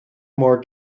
more